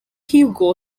hugo